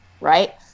right